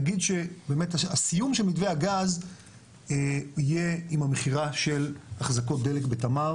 נגיד שהסיום של מתווה הגז יהיה עם המכירה של אחזקות דלק בתמר